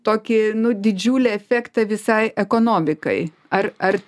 tokį nu didžiulį efektą visai ekonomikai ar ar